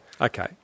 Okay